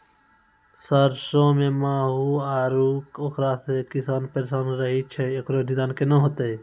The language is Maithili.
सरसों मे माहू आरु उखरा से किसान परेशान रहैय छैय, इकरो निदान केना होते?